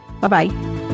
Bye-bye